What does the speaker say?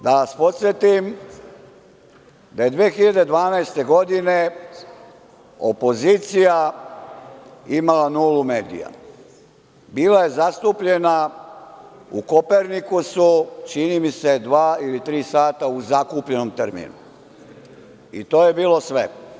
Da vas podsetim da je 2012. godine opozicija imala nulu medija, bila je zastupljena u „Kopernikusu“ čini mi se dva ili tri sata u zakupljenom terminu i to je bilo sve.